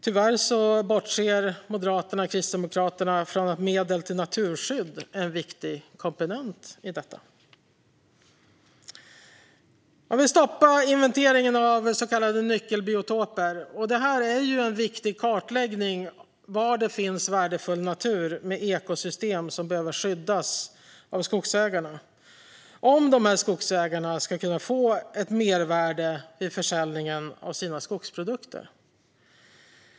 Tyvärr bortser Moderaterna och Kristdemokraterna från att medel till naturskydd är en viktig komponent i detta. De vill stoppa inventeringen av så kallade nyckelbiotoper. Detta är en viktig kartläggning av var det finns värdefull natur med ekosystem som behöver skyddas av skogsägarna. Inventeringen behövs om skogsägarna ska kunna få ett mervärde vid försäljningen av sina skogsprodukter.